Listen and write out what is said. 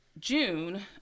June